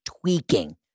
tweaking